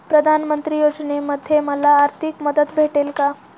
प्रधानमंत्री योजनेमध्ये मला आर्थिक मदत भेटेल का?